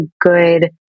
good